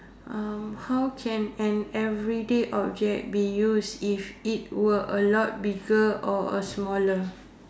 uh how can an everyday object be used if it were a lot bigger or a smaller